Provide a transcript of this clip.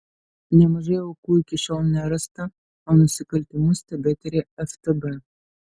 nemažai aukų iki šiol nerasta o nusikaltimus tebetiria ftb